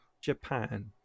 Japan